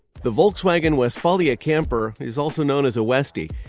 the volkswagen westfalia camper is also known as a westy,